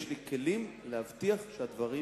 יש לי כלים להבטיח שהדברים